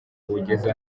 bugeze